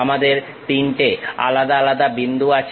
আমাদের 3 টে আলাদা আলাদা বিন্দু আছে